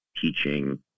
teaching